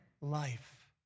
life